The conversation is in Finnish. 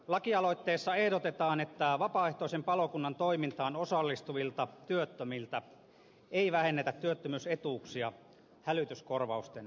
lakialoitteessa ehdotetaan että vapaaehtoisen palokunnan toimintaan osallistuvilta työttömiltä ei vähennetä työttömyysetuuksia hälytyskorvausten takia